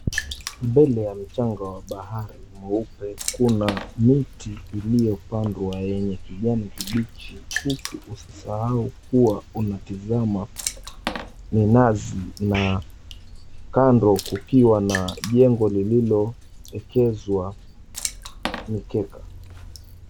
Mbele ya mchanga wa bahari mweupe kuna mti iliyopandwa yenye kijani kibichi huku usisahau kuwa unatizama minazi na kando kukiwa na jengo lililoekezwa mikeka.